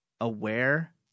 aware